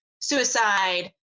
suicide